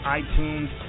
iTunes